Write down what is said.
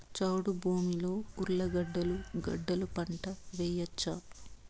చౌడు భూమిలో ఉర్లగడ్డలు గడ్డలు పంట వేయచ్చా?